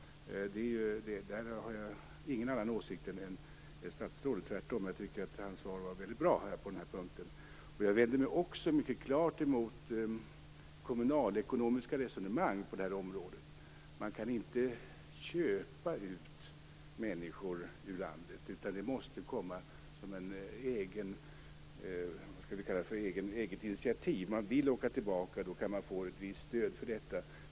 Där har jag ingen annan åsikt än statsrådet - tvärtom. Jag tycker att hans svar är väldigt bra på den punkten. Jag vänder mig mycket klart mot kommunalekonomiska resonemang på det här området. Man kan inte "köpa ut" människor ur landet, utan detta måste komma som ett eget initiativ. Om man vill åka tillbaka kan man få ett visst stöd till detta.